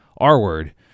R-word